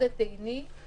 דבר אחד שצד את עיני זה